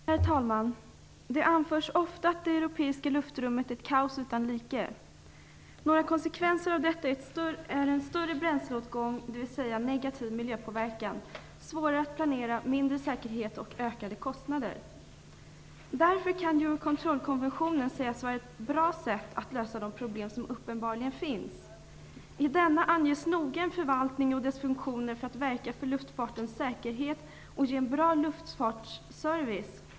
Herr talman! Det anförs ofta att det europeiska luftrummet är ett kaos utan like. Några konsekvenser av detta är en större bränsleåtgång, dvs. negativ miljöpåverkan, svårare att planera, mindre säkerhet och ökade kostnader. Därför kan Eurocontrolkonventionen sägas vara ett bra sätt att lösa de problem som uppenbarligen finns. I denna anges noga en förvaltning och dess funktioner för att verka för luftfartens säkerhet och för att ge en bra luftfartsservice.